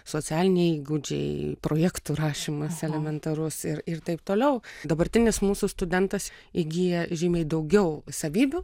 socialiniai įgūdžiai projektų rašymas elementarus ir ir taip toliau dabartinis mūsų studentas įgyja žymiai daugiau savybių